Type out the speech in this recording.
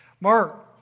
Mark